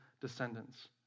descendants